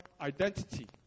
identity